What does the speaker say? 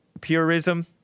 purism